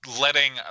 letting